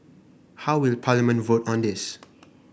how will Parliament vote on this